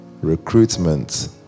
recruitment